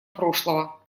прошлого